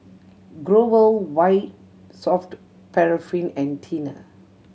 Growell White Soft Paraffin and Tena